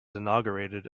inaugurated